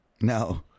no